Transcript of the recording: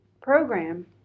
program